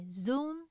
Zoom